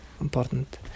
important